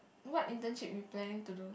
what internship you planning to do